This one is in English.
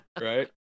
right